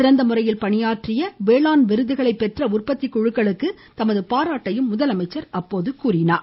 சிறந்த முறையில் பணியாற்றி வேளாண் விருதுகளைப் பெற்ற உற்பத்திக் குழுக்களுக்கு தமது பாராட்டையும் முதலமைச்சர் தெரிவித்துக் கொண்டார்